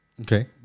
Okay